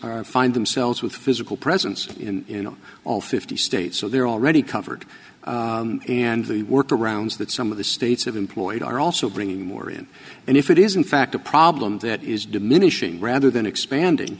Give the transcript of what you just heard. are find themselves with physical presence in all fifty states so they're already covered and the workarounds that some of the states have employed are also bringing more in and if it is in fact a problem that is diminishing rather than expanding